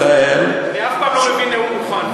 אני אף פעם לא מביא נאום מוכן.